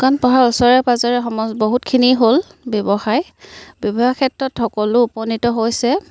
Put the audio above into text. দোকান পোহাৰ ওচৰে পাঁজৰে সময় বহুতখিনি হ'ল ব্যৱসায় ব্যৱসায়ৰ ক্ষেত্ৰত সকলো উপনীত হৈছে